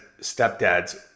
stepdads